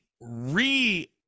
re